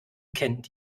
kennt